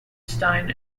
stein